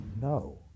No